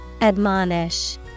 Admonish